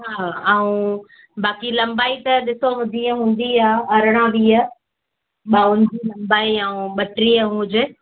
हा ऐं बाक़ी लंबाई त ॾिसो जीअं हूंदी आहे अरिड़हां वीह बाउनि जी लंबाई ऐं बटीह हुजे